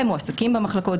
הם מועסקים במחלקות,